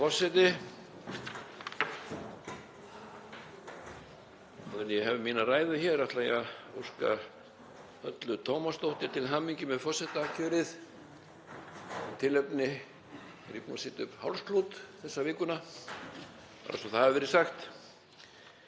forseti. Áður en ég hef mína ræðu hér ætla ég að óska Höllu Tómasdóttur til hamingju með forsetakjörið. Af því tilefni er ég búinn að setja upp hálsklút þessa vikuna, bara svo það hafi verið sagt.